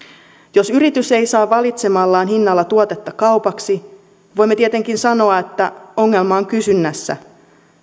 jos yritys ei saa valitsemallaan hinnalla tuotetta kaupaksi voimme tietenkin sanoa että ongelma on kysynnässä